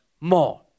more